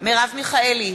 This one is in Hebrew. מרב מיכאלי,